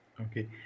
Okay